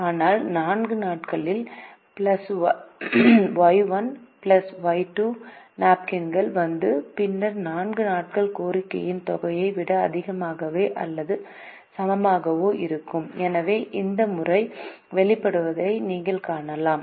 ஆனால் 4 நாட்களில் plus Y 1 Y 2 நாப்கின்கள் வந்து பின்னர் 4 நாட்கள் கோரிக்கையின் தொகையை விட அதிகமாகவோ அல்லது சமமாகவோ இருக்கும் எனவே அந்த முறை வெளிப்படுவதை நீங்கள் காணலாம்